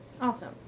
awesome